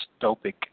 dystopic